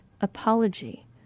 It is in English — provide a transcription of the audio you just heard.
apology